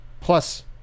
plus